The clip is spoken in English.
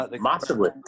Massively